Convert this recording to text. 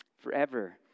forever